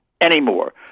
anymore